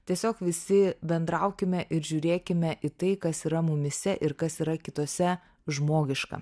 tiesiog visi bendraukime ir žiūrėkime į tai kas yra mumyse ir kas yra kituose žmogiška